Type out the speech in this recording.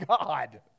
God